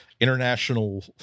international